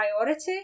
priority